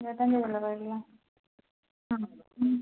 ഇരുപത്തഞ്ച് ചില്ലറ വരും അല്ലേ ആ ഹ്മ്